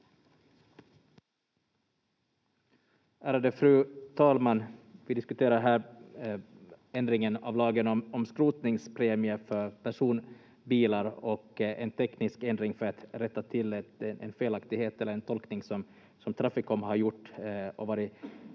Ärade fru talman! Vi diskuterar här ändringen av lagen om skrotningspremier för personbilar och en teknisk ändring för att rätta till en felaktighet eller en tolkning som Traficom har gjort